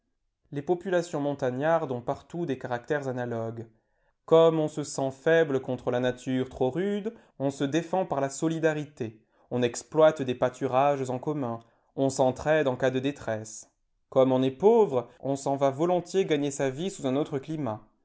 les populations montagnardes ont partout des caractères analogues comme on se sent faible contre la nature trop rude on se défend par la solidarité on exploite des pâturages en commun on s'entr'aide en cas de détresse comme on est pauvre on s'en va volontiers gagner sa vie sous un autre climat